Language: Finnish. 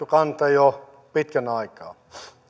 kanta jo pitkän aikaa